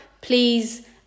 Please